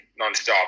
nonstop